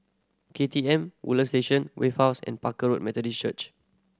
K T M Woodland Station Wave House and Barker Road Methodist Church